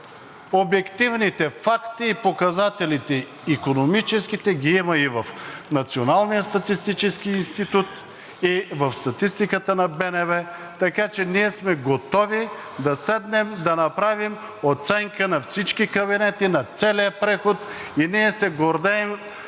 Обективните факти и икономическите показатели ги има и в Националния статистически институт, и в статистиката на БНБ, така че ние сме готови да седнем да направим оценка на всички кабинети, на целия преход в онези периоди,